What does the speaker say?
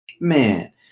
Man